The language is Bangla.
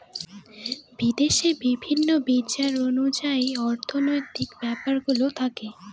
বিদেশে বিভিন্ন বিচার অনুযায়ী অর্থনৈতিক ব্যাপারগুলো থাকে